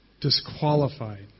disqualified